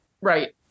Right